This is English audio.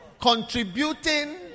Contributing